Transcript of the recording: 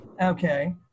Okay